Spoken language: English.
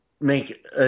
make